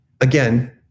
again